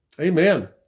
Amen